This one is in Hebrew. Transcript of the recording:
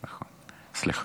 סליחה.